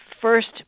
first